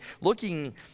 looking